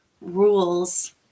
rules